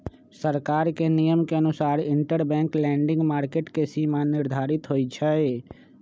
सरकार के नियम के अनुसार इंटरबैंक लैंडिंग मार्केट के सीमा निर्धारित होई छई